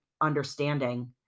understanding